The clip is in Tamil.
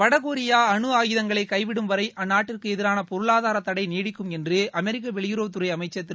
வடகொரியா அணு அயுதங்களை கைவிடும் வரை அந்நாட்டிற்கு எதிரான பொருளாதார தடை நீடிக்கும் என்று அமெரிக்க வெளியுறவுத்துறை அமைச்சர் திரு